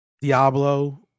Diablo